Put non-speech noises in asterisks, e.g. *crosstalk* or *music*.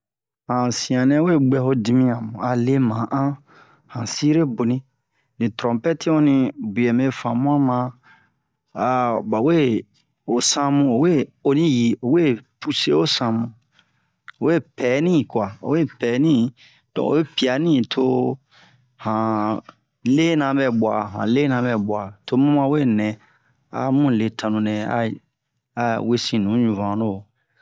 Han sianɛ we bwɛ ho dimiyan mu a le ma'an han sire boni ni tronpɛti onni bie me famu'a ma *hesitation* ba we o samu o we o ni ji o we puse o samu o we pɛni kwa o we pɛni don oyi piani to han lena bɛ bwa han lena bɛ bwa to mu ma we nɛ a mu le tanu nɛ a a wesin nu ɲuvano